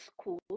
school